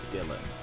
Dylan